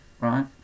right